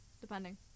Depending